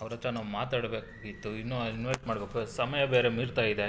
ಅವ್ರ ಹತ್ರ ನಾವು ಮಾತಾಡಬೇಕಾಗಿತ್ತು ಇನ್ನೂ ಇನ್ವಯ್ಟ್ ಮಾಡಬೇಕು ಸಮಯ ಬೇರೆ ಮೀರ್ತಾ ಇದೆ